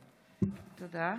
תודה.